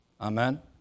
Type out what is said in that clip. Amen